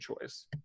choice